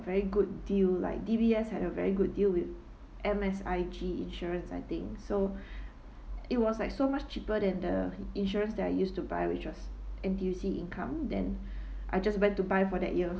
very good deal like D_B_S had a very good deal with M_S_I_G insurance I think so it was like so much cheaper than the insurance I used to buy which was N_T_U_C income then I just went to buy for that year